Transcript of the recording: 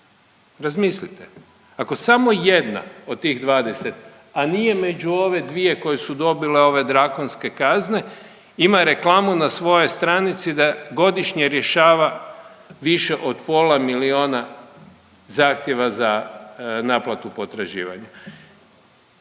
Razmislite, ako samo jedna od tih 20, a nije među ove dvije koje su dobile ove drakonske kazne, ima reklamu na svojoj stranici da godišnje rješava više od pola milijuna zahtjeva za naplatu potraživanja.